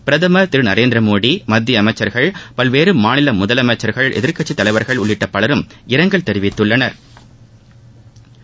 பிரதமர் திரு நரேந்திரமோடி மத்திய அமைச்சர்கள் பல்வேறு மாநில முதலமைச்சா்கள் எதிா்க்கட்சித் தலைவா்கள் உள்ளிட்ட பலரும் இரங்கல் தெரிவித்துள்ளனா்